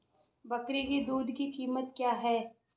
बकरी की दूध की कीमत क्या है?